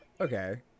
Okay